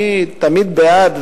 אני תמיד בעד,